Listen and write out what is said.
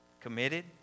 committed